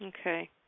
Okay